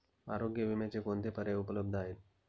आरोग्य विम्याचे कोणते पर्याय उपलब्ध आहेत?